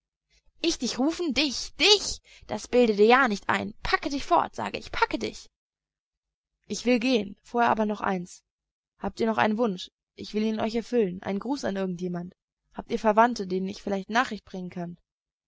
ich dich rufen dich dich das bilde dir ja nicht ein packe dich fort sage ich packe dich ich will gehen vorher aber noch eins habt ihr noch einen wunsch ich will ihn euch erfüllen einen gruß an irgend jemand habt ihr verwandte denen ich vielleicht nachricht bringen kann